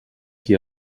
qui